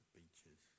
beaches